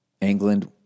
England